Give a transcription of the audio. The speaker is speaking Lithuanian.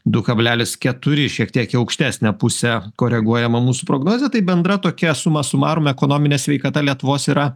du kablelis keturi šiek tiek į aukštesnę pusę koreguojama mūsų prognozė tai bendra tokia suma sumarum ekonominė sveikata lietuvos yra